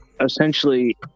essentially